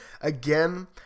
again